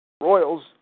Royals